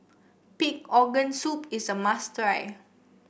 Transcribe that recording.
Pig Organ Soup is a must try